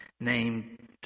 named